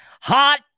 Hot